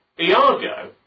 Iago